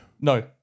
No